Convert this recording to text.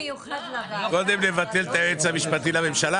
גם אנחנו ממולחים ואמרנו לך להפסיק.